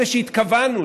אלה שהתכוונו,